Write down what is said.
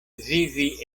vivi